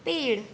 पेड़